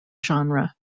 genre